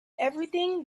everything